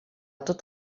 tot